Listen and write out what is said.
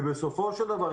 ובסופו של דבר,